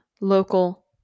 local